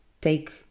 take